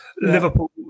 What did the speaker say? Liverpool